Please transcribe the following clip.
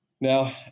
Now